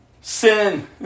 sin